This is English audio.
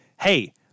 Hey